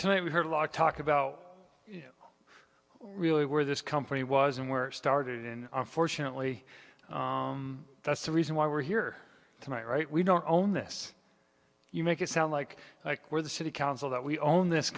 tonight we heard a lot of talk about when really where this company was and where started in fortunately that's the reason why we're here tonight right we don't own this you make it sound like like where the city council that we own this